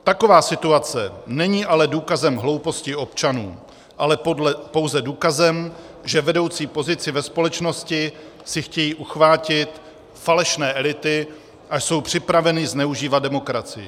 Taková situace není ale důkazem hlouposti občanů, ale pouze důkazem, že vedoucí pozici ve společnosti si chtějí uchvátit falešné elity a jsou připraveny zneužívat demokracii.